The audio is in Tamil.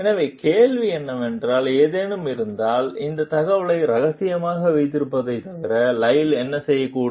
எனவே கேள்வி என்னவென்றால் ஏதேனும் இருந்தால் இந்த தகவலை ரகசியமாக வைத்திருப்பதைத் தவிர லைல் என்ன செய்யக்கூடும்